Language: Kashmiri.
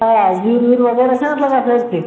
آ زیُر ویُر وغیرہ چھ نہ اتھ لگان سٲرسے